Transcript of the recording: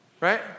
right